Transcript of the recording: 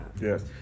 Yes